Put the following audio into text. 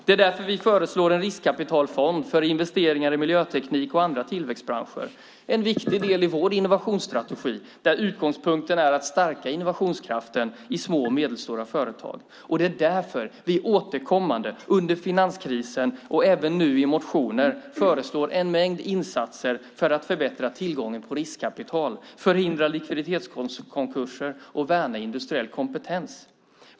Det är därför vi föreslår en riskkapitalfond för investeringar i miljöteknik och andra tillväxtbranscher. Det är en viktig del i vår innovationsstrategi, där utgångspunkten är att stärka innovationskraften i små och medelstora företag. Det är därför vi återkommande, under finanskrisen och även nu i motioner, föreslår en mängd insatser för att förbättra tillgången på riskkapital, förhindra likviditetskonkurser och värna industriell kompetens.